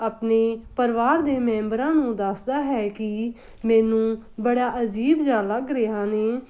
ਆਪਣੇ ਪਰਿਵਾਰ ਦੇ ਮੈਂਬਰਾਂ ਨੂੰ ਦੱਸਦਾ ਹੈ ਕਿ ਮੈਨੂੰ ਬੜਾ ਅਜੀਬ ਜਿਹਾ ਲੱਗ ਰਿਹਾ ਨੇ